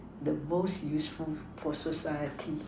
the most useful for society